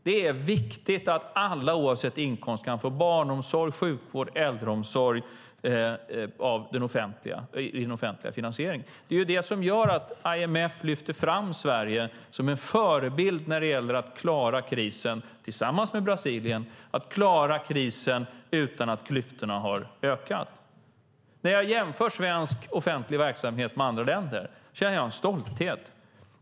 Det är viktigt att alla oavsett inkomst kan få barnomsorg, sjukvård och äldreomsorg genom offentlig finansiering. Det är det som gör att IMF lyfter fram Sverige som en förebild, tillsammans med Brasilien, när det gäller att klara krisen utan att klyftorna har ökat. När jag jämför svensk offentlig verksamhet med hur det är i andra länder känner jag en stolthet.